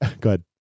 Good